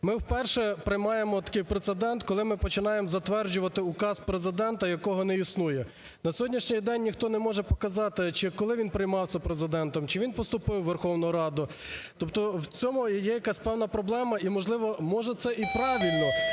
Ми вперше приймаємо такий прецедент, коли ми починаємо затверджувати указ Президента, якого не існує. На сьогоднішній день ніхто не може показати, чи коли він приймався Президентом, чи він поступив у Верховну Раду. Тобто в цьому і є якась певна проблема, і можливо, може, це і правильно,